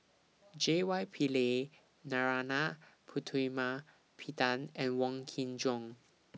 J Y Pillay Narana Putumaippittan and Wong Kin Jong